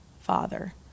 father